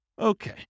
Okay